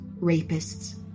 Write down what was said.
rapists